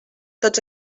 tots